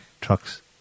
trucks